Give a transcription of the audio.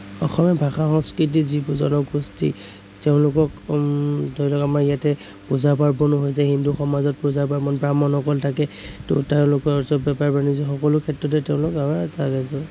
অসমীয়া ভাষা সংস্কৃতি যিবোৰ জনগোষ্ঠী তেওঁলোকক ধৰি লওঁক আমাৰ ইয়াতে পূজা পাৰ্বণো হৈ যায় হিন্দু সমাজত পূজা পাৰ্বণ ব্ৰাহ্মণসকল থাকে ত' তেওঁলোকৰ বেপাৰ বাণিজ্য় সকলো ক্ষেত্ৰতে তেওঁলোক